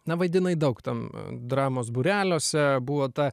na vaidinai daug ten dramos būreliuose buvo ta